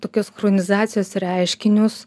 tokios chronizacijos reiškinius